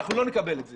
לא נקבל את זה.